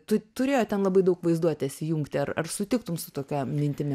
tu turėjo ten labai daug vaizduotės įjungti ar ar sutiktum su tokia mintimi